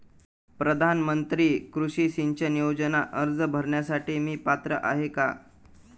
प्रधानमंत्री कृषी सिंचन योजना अर्ज भरण्यासाठी मी पात्र आहे का?